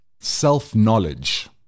self-knowledge